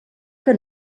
que